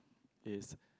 is